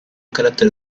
carattere